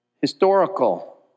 historical